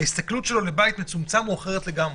ההסתכלות שלו לגבי בית מצומצם היא אחרת לגמרי.